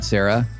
Sarah